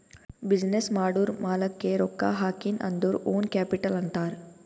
business ಮಾಡೂರ್ ಮಾಲಾಕ್ಕೆ ರೊಕ್ಕಾ ಹಾಕಿನ್ ಅಂದುರ್ ಓನ್ ಕ್ಯಾಪಿಟಲ್ ಅಂತಾರ್